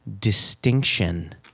distinction